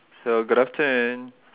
so good afternoon